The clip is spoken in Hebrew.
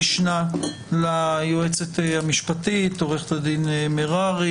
עמית מררי המשנה ליועצת המשפטית לממשלה,